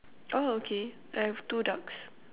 oh okay I have two ducks